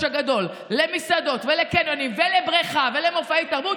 הגדול למסעדות ולקניונים ולבריכה ולמופעי תרבות,